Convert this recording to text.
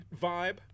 vibe